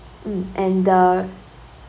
mm and the